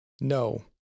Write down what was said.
no